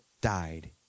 died